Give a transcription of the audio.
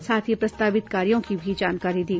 साथ ही प्रस्तावित कार्यों की भी जानकारी दी